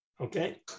Okay